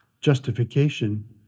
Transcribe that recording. Justification